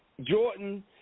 Jordan –